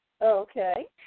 Okay